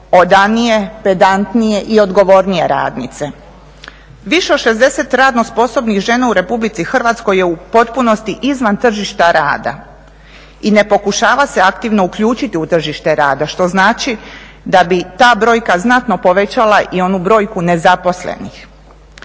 odanije, pedantnije i odgovornije radnice. Više od 60 radno sposobnih žena u Republici Hrvatskoj je u potpunosti izvan tržišta rada i ne pokušava se aktivno uključiti u tržište rada što znači da bi ta brojka znatno povećala i onu broju nezaposlenih.